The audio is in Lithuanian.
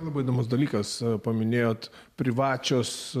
labai įdomus dalykas paminėjote privačios